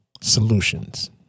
solutions